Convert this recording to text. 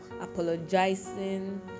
apologizing